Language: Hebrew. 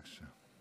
בבקשה.